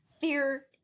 fear